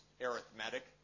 arithmetic